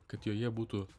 kad joje būtų